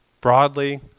broadly